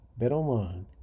BetOnline